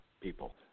people